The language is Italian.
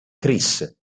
chris